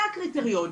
זה הקריטריון.